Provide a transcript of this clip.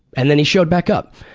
and then he showed back up.